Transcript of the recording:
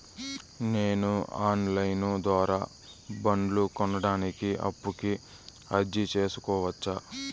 నేను online ద్వారా బండ్లు కొనడానికి అప్పుకి అర్జీ సేసుకోవచ్చా?